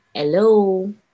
Hello